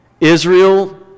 Israel